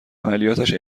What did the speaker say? عملیاتش